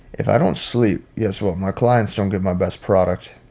if i don't sleep, yes, what my clients don't get my best product.